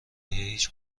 هیچ